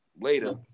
later